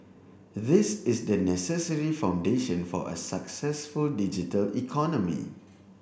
this is the necessary foundation for a successful digital economy